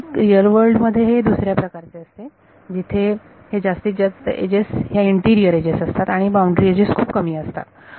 वास्तविक real world मध्ये हे दुसऱ्या प्रकारचे असते जिथे हे जास्तीत जास्त एजेस ह्या इंटिरियर एजेस असतात आणि बाउंड्री एजेस खूप कमी असतात